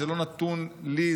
זה לא נתון לי,